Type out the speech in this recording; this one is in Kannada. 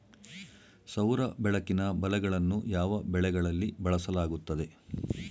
ಸೌರ ಬೆಳಕಿನ ಬಲೆಗಳನ್ನು ಯಾವ ಬೆಳೆಗಳಲ್ಲಿ ಬಳಸಲಾಗುತ್ತದೆ?